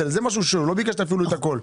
זה מה שהוא שואל, והוא לא ביקש שתפעילו את הכול.